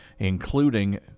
including